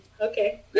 Okay